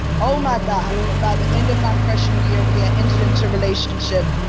oh my god! and by the end of my freshman year, we had entered into a relationship,